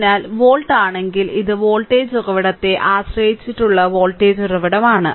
അതിനാൽ വോൾട്ട് ആണെങ്കിൽ ഇത് വോൾട്ടേജ് ഉറവിടത്തെ ആശ്രയിച്ചുള്ള വോൾട്ടേജ് ഉറവിടമാണ്